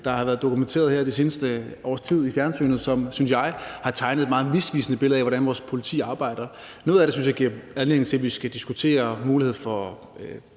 der har været dokumenteret her det seneste års tid i fjernsynet, som, synes jeg, har tegnet et meget misvisende billede af, hvordan vores politi arbejder. Noget af det synes jeg giver anledning til, at vi skal diskutere mulighed for